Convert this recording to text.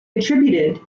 attributed